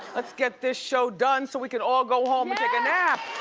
let's get this show done so we can all go home and take a nap.